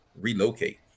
relocate